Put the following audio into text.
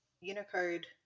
Unicode